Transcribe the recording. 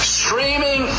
streaming